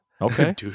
Okay